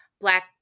Black